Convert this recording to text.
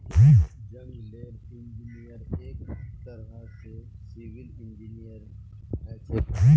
जंगलेर इंजीनियर एक तरह स सिविल इंजीनियर हछेक